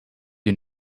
you